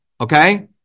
okay